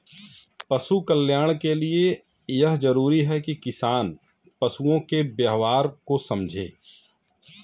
पशु कल्याण के लिए यह जरूरी है कि किसान पशुओं के व्यवहार को समझे